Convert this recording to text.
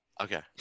Okay